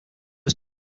was